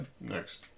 Next